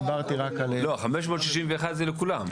לא, 561 זה לכולם?